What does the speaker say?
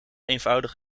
eenvoudig